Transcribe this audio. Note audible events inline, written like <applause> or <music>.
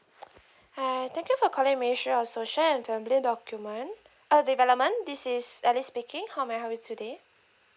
<noise> hi thank you for calling ministry of social and family document uh development this is alice speaking how may I help you today